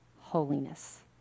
holiness